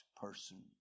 person